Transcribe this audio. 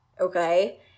Okay